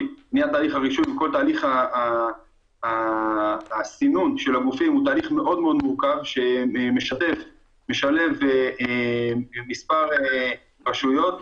וכל תהליך הסינון של הגופים הוא מאוד מורכב שמשלב מספר רשויות,